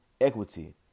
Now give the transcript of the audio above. equity